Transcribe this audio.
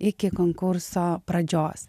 iki konkurso pradžios